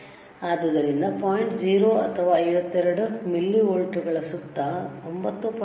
ಆದ್ದರಿಂದ ಪಾಯಿಂಟ್ 0 ಅಥವಾ 52 ಮಿಲಿವೋಲ್ಟ್ಗಳ ಸುತ್ತ 9